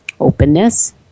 Openness